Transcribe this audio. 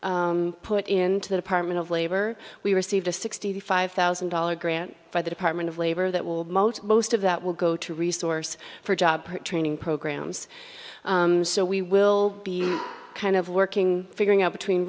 we put into the department of labor we received a sixty five thousand dollars grant by the department of labor that will most of that will go to resource for job training programs so we will be kind of working figuring out between